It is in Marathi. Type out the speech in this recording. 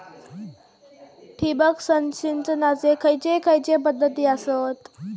ठिबक सिंचनाचे खैयचे खैयचे पध्दती आसत?